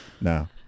no